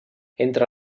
entre